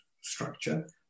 structure